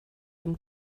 dem